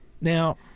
Now